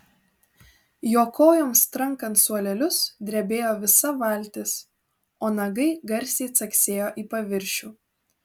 jo kojoms trankant suolelius drebėjo visa valtis o nagai garsiai caksėjo į paviršių